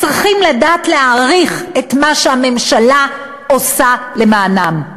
צריכים לדעת להעריך את מה שהממשלה עושה למענם.